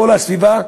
כל הסביבה.